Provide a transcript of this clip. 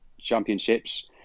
championships